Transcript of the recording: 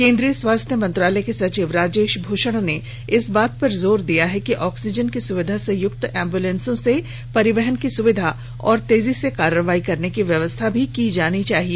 केन्द्रीय स्वास्थ्य मंत्रालय के सचिव राजेश भूषण ने इस बात पर जोर दिया है कि आक्सीजन की सुविधा से युक्त एम्बुलेंसों से परिवहन की सुविधा और तेजी से कार्रवाई करने की व्यवस्था भी की जानी चाहिए